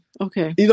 Okay